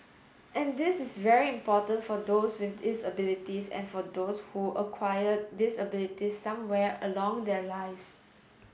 and this is very important for those with disabilities and for those who acquire disabilities somewhere along their lives